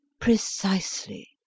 Precisely